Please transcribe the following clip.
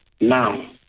Now